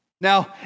Now